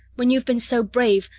when you've been so brave,